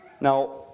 Now